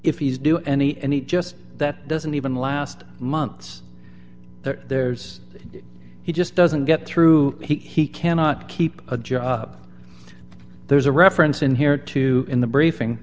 if he's due any and he just that doesn't even last months there's he just doesn't get through he cannot keep a job there's a reference in here to in the briefing